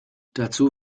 dazu